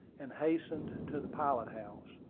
and hastened to the pilot-house.